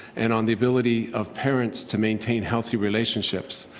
and on the ability of parents to maintain healthy relationships.